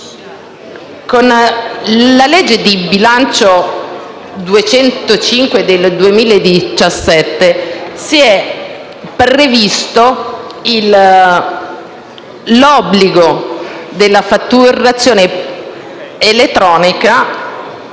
con la legge di bilancio n. 205 del 2017 si è previsto l'obbligo della fatturazione elettronica